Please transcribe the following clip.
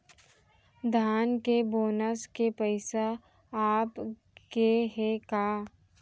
धान के बोनस के पइसा आप गे हे का?